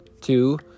Two